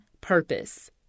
purpose